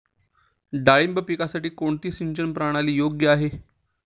डाळिंब पिकासाठी कोणती सिंचन प्रणाली योग्य आहे?